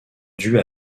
dues